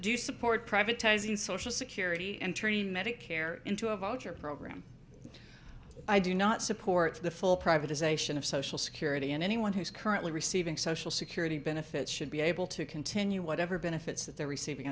you support privatizing social security and medicare into a voucher program i do not support the full privatization of social security and anyone who is currently receiving social security benefits should be able to continue whatever benefits that they're receiving